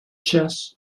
chess